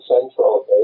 Central